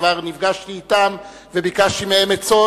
כבר נפגשתי אתן וביקשתי מהן עצות.